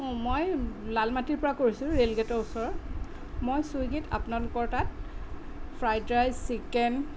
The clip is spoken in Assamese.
অঁ মই লালমাটিৰপৰা কৈছোঁ ৰে'লগেটৰ ওচৰৰ মই ছুইগীত আপোনালোকৰ তাত ফ্ৰাইড ৰাইচ চিকেন